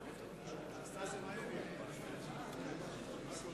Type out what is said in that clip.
מצביע דניאל